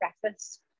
breakfast